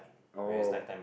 oh